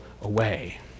away